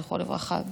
זכרו לברכה,